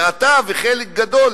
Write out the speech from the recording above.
שאתה וחלק גדול